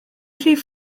rhif